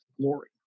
glory